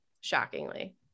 shockingly